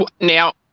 Now